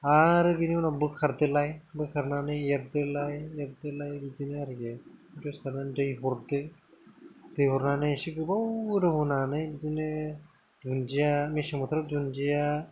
आरो बिनि उनाव बोखारदोलाय बोखारनानै एरदोलाय एरनाय बिदिनो आरो दसे थानानै दै हरदो दै हरनानै एसे गोबाव गोदैहोनानै बिदिनो दुन्दिया मेसें बोथोराव दुन्दिया